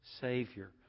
Savior